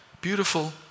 beautiful